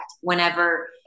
whenever